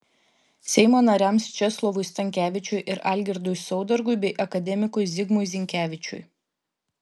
seimo nariams česlovui stankevičiui ir algirdui saudargui bei akademikui zigmui zinkevičiui